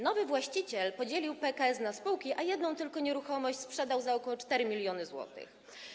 Nowy właściciel podzielił PKS na spółki, a jedną tylko nieruchomość sprzedał za ok. 4 mln zł.